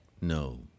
No